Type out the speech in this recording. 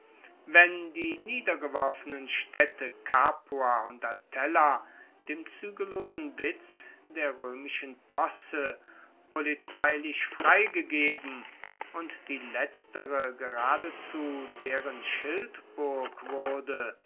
wenn die niedergeworfenen staedte capua und atella dem zuegellosen witz der roemischen posse polizeilich freigegeben und die letztere geradezu deren schildburg wurde